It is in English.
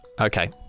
Okay